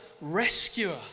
rescuer